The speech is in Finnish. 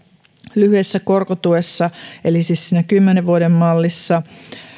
lyhyessä korkotuessa eli siis siinä kymmenen vuoden mallissa